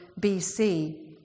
BC